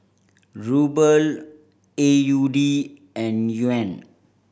Ruble A U D and Yuan